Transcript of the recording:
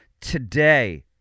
today